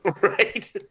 Right